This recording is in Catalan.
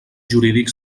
jurídic